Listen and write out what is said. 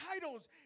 titles